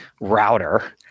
router